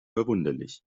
verwunderlich